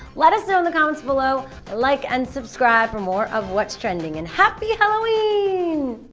let us know in the comments below, like and subscribe for more of what's trending, and happy halloween!